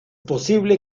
posible